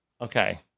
Okay